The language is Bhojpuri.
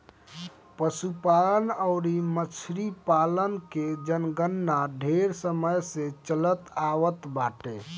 पशुपालन अउरी मछरी पालन के जनगणना ढेर समय से चलत आवत बाटे